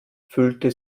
fühlte